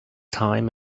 time